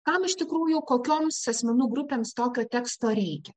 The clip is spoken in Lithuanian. kam iš tikrųjų kokioms asmenų grupėms tokio teksto reikia